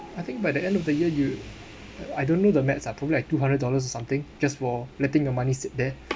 I think by the end of the year you I don't know the maths ah probably like two hundred dollars or something just for letting your money sit there